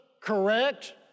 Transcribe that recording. Correct